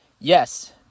Yes